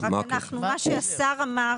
מה שהשר אמר